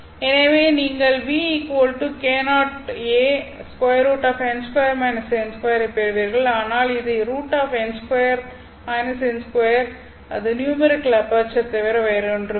எனவே நீங்கள் V k0a √n2−n2 ஐப் பெறுவீர்கள் ஆனால் இது √n2−n2 அது நியூமெரிகல் அபெர்ச்சர் தவிர வேறொன்றுமில்லை